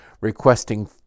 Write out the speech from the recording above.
requesting